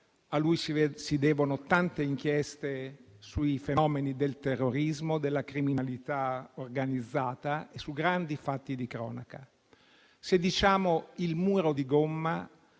teatri di guerra, tante inchieste sui fenomeni del terrorismo, della criminalità organizzata e su grandi fatti di cronaca. Se diciamo «il muro di gomma»